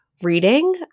reading